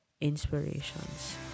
Inspirations